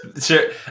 sure